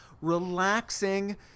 relaxing